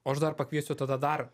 o aš dar pakviesiu tada dar